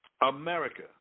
America